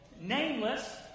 nameless